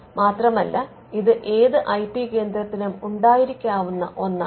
മാത്രമല്ല ഇത് ഏത് ഐ പി കേന്ദ്രത്തിനും ഉണ്ടായിരിക്കാവുന്ന ഒന്നാണ്